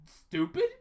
stupid